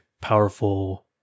powerful